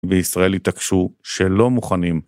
וישראל יתעקשו שלא מוכנים.